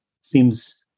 seems